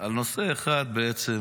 על נושא אחד בעצם,